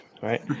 right